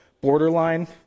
borderline